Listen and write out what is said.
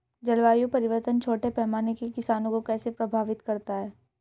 जलवायु परिवर्तन छोटे पैमाने के किसानों को कैसे प्रभावित करता है?